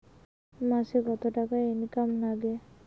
মাসে কত টাকা ইনকাম নাগে?